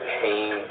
pain